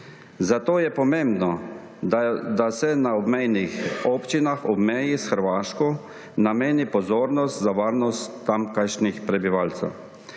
Zato je pomembno, da se na obmejnih občinah ob meji s Hrvaško nameni pozornost varnosti tamkajšnjih prebivalcev.